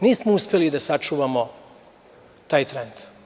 Nismo uspeli da sačuvamo taj trend.